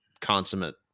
consummate